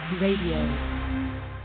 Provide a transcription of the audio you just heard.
Radio